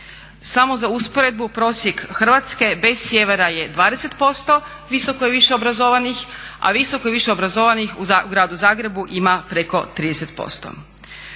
Samo za usporedbu prosjek Hrvatske bez sjevera je 20% visoko i više obrazovanih a visoko i više obrazovanih u Gradu Zagrebu ima preko 30%.